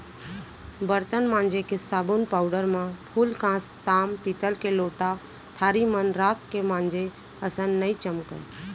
बरतन मांजे के साबुन पाउडर म फूलकांस, ताम पीतल के लोटा थारी मन राख के मांजे असन नइ चमकय